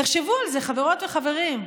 תחשבו על זה, חברות וחברים,